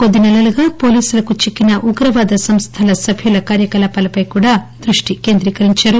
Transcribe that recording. కొద్ది నెలలుగా పోలీసులకు చిక్కిన ఉగ్రవాద సంస్థల సభ్యుల కార్యకలాపాలపై కూడా దృష్టి కేంద్రీకరించారు